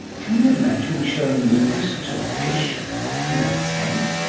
can you imagine showing movies to fish in a tank?